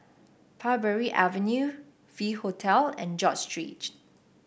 Parbury Avenue V Hotel and George